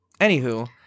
Anywho